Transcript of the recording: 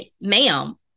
ma'am